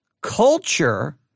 culture